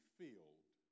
filled